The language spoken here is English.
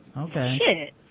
okay